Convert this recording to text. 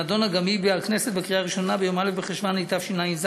שנתקבלה גם היא בכנסת בקריאה ראשונה ביום א' בחשוון התשע"ז,